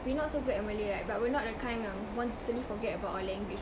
we're not so good at malay right but we're not that kind yang want to totally forget about our language